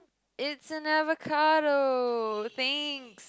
it's an avocado the thing